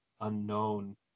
unknown